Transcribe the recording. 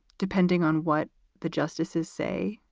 depending on what the justices say.